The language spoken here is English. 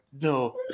no